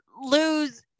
lose